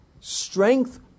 Strength